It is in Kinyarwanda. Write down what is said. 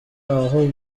aho